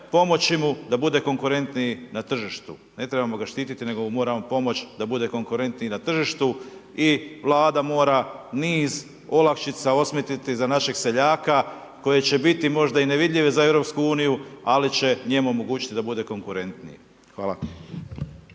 pomoći mu da bude konkurentniji na tržištu, ne trebamo ga štititi, nego mu moramo pomoći da bude konkurentniji na tržištu i Vlada mora niz olakšica osmisliti za našeg seljaka koje će biti možda i nevidljive za EU, ali će njemu omogućiti da bude konkurentniji. Hvala.